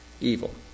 evil